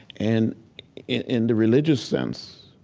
and in in the religious sense,